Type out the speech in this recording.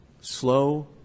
slow